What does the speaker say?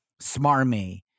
smarmy